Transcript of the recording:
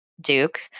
Duke